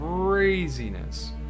craziness